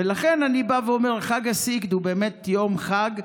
ולכן אני אומר: חג הסיגד הוא באמת יום חג,